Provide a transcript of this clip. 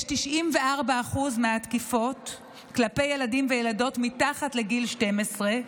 94% מהתקיפות הן כלפי ילדים וילדות מתחת לגיל 12,